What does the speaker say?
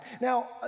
Now